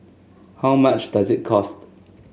how much does it cost